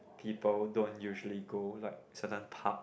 people don't usually go like certain park